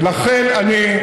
ולכן אני,